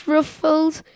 Ruffles